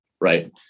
Right